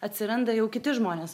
atsiranda jau kiti žmonės